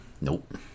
Nope